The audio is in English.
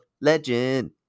Legend